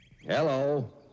Hello